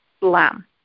lamb